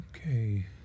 Okay